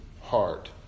heart